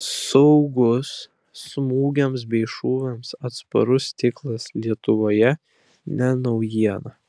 saugus smūgiams bei šūviams atsparus stiklas lietuvoje ne naujiena